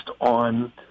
on